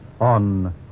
on